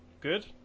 Good